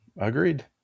agreed